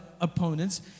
opponents